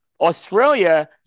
Australia